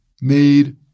made